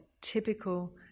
typical